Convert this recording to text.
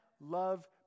love